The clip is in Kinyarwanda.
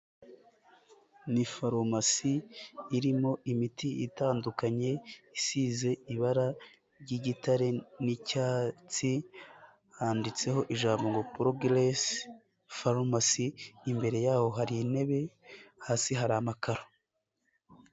Ni farumasi irimo imiti itandukanye isize ibara ry'igitare n'icyatsi, handitseho ijambo ngo Porogeresi Farumasi, imbere y'aho hari intebe, hasi hari amakaro.